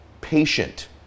patient